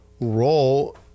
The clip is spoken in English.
role